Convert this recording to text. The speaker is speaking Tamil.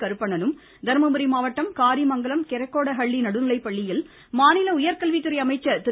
கருப்பணன் ம் தர்மபுரி மாவட்டம் காரிமங்கலம் கெரக்கோட அள்ளி நடுநிலைப்பள்ளியில் மாநில உயர்கல்வித்துறை அமைச்சர் திரு